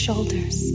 shoulders